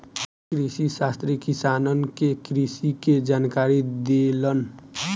कृषिशास्त्री किसानन के कृषि के जानकारी देलन